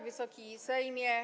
Wysoki Sejmie!